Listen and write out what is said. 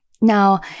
Now